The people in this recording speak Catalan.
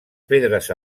pedres